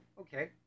okay